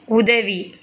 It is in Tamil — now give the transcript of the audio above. உதவி